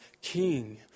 king